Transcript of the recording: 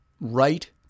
right